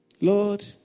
Lord